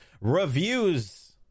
reviews